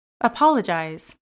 Apologize